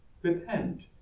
Repent